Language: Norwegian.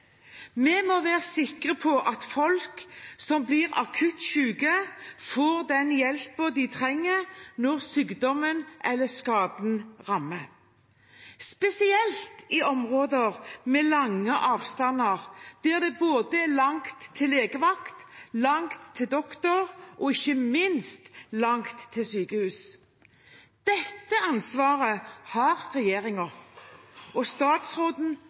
Vi må være sikre på at folk som blir akutt syke, får den hjelpen de trenger når sykdommen eller skaden rammer – spesielt i områder med lange avstander, der det er både langt til legevakt, langt til doktor og ikke minst langt til sykehus. Dette ansvaret har regjeringen og statsråden